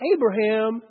Abraham